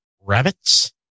Rabbits